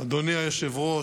אדוני היושב-ראש,